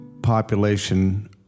Population